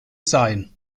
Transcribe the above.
sein